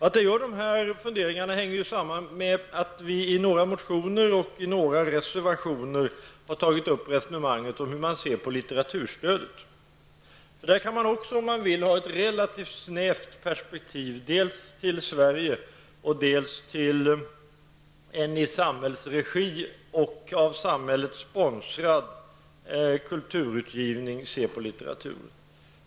Att jag gör de här funderingarna hänger samman med att vi i några motioner och i några reservationer har tagit upp ett resonemang om synen på litteraturstödet. Man kan, om man vill, se på litteraturen ur ett relativt snävt perspektiv, begränsat dels till Sverige, dels till en utgivning i samhällsregi och sponsrad av samhället.